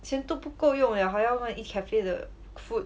钱都不够用 liao 还要 want to eat cafe 的 food